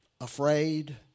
afraid